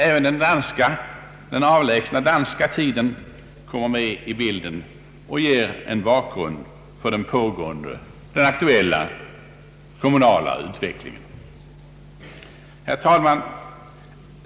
Även den avlägsna danska tiden kommer med i bilden och ger en bakgrund för den aktuella kommunala utvecklingen. Herr talman!